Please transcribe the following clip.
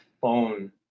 phone